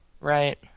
Right